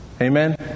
Amen